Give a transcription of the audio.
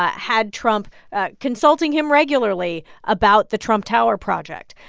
ah had trump ah consulting him regularly about the trump tower project.